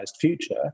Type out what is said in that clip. future